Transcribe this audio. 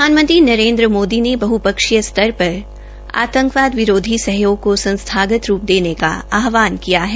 प्रधानमंत्री नरेनद्र मोदी ने बहपक्षीय स्तर पर आतंकवाद विरोधी सहयोग को संस्थागत रूप देने का आहवान किया है